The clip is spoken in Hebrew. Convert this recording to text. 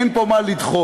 אין פה מה לדחות.